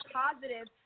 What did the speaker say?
positive